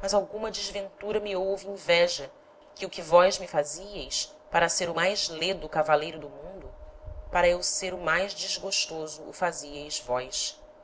mas alguma desventura me houve inveja que o que vós me fazieis para ser o mais ledo cavaleiro do mundo para eu ser o mais desgostoso